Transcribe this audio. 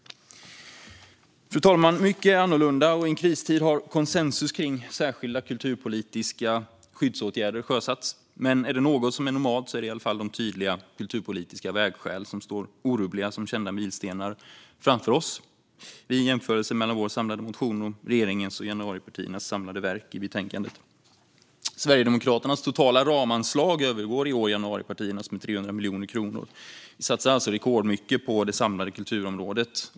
Fru talman! Mycket är annorlunda, och i en kristid har det rått konsensus kring särskilda kulturpolitiska skyddsåtgärder som sjösatts. Men är det något som är normalt är det de tydliga kulturpolitiska vägskäl som står orubbliga som kända milstenar framför oss vid en jämförelse mellan vår samlade motion och regeringens och januaripartiernas samlade verk i betänkandet. Sverigedemokraternas totala ramanslag överstiger i år januaripartiernas med 300 miljoner kronor. Vi satsar alltså rekordmycket på det samlade kulturområdet.